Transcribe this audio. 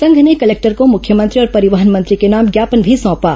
संघ ने कलेक्टर को मुख्यमंत्री और परिवहन मंत्री के नाम ज्ञापन भी सौंपा